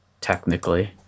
technically